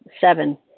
Seven